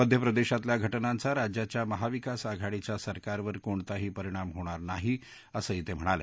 मध्य प्रदेशातल्या घटनांचा राज्याच्या महाविकास आघाडीच्या सरकारवर कोणताही परिणाम होणार नाही असंही ते म्हणाले